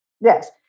Yes